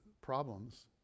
problems